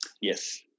Yes